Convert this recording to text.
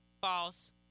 false